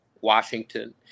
Washington